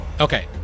Okay